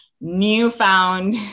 newfound